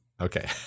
Okay